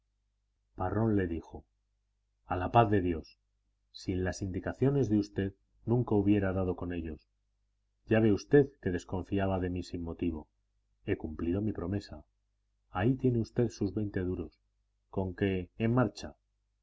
parrón le dijo a la paz de dios sin las indicaciones de usted nunca hubiera dado con ellos ya ve usted que desconfiaba de mí sin motivo he cumplido mi promesa ahí tiene usted sus veinte duros conque en marcha